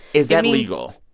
is that legal?